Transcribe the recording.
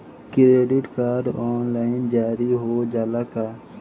Credit card online जारी हो जाला का?